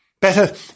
Better